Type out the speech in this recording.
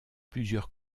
plusieurs